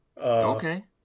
Okay